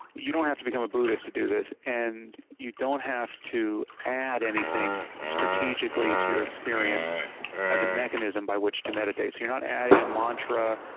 you don't have to become a buddhist to do this and you don't have to add anything strategically to your experience as a mechanism by which to meditate. so you're not adding a mantra,